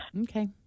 Okay